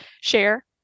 share